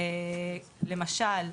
למשל,